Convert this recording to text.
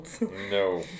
No